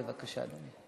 בבקשה, אדוני.